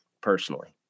personally